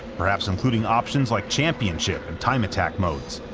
perhaps including options like championship and time attack modes.